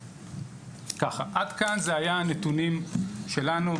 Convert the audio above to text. עד כאן זה היה הנתונים שלנו,